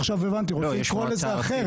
עכשיו הבנתי, אתה רוצה לקרוא לזה אחרת.